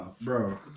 Bro